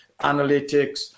analytics